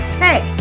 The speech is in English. tech